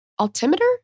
altimeter